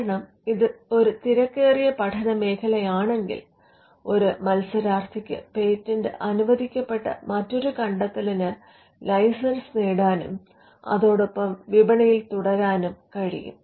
കാരണം ഇത് ഒരു തിരക്കേറിയ പഠനമേഖലയാണെങ്കിൽ ഒരു മത്സരാർത്ഥിക്ക് പേറ്റന്റ് അനുവദിക്കപ്പെട്ട മറ്റൊരു കണ്ടെത്തലിന് ലൈസൻസ് നേടാനും അതോടൊപ്പം വിപണിയിൽ തുടരാനും കഴിയും